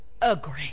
agree